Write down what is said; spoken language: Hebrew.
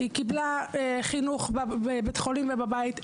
היא קיבלה חינוך בבית חולים ובבית,